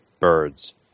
birds